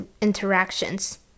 interactions